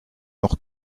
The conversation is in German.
noch